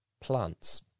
plants